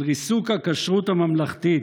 על ריסוק הכשרות הממלכתית,